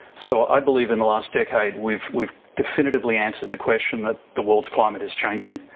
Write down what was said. so i believe in the last decade we've we've definitively answered the question that the world's climate is changing.